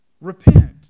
Repent